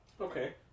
Okay